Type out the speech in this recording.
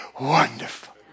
wonderful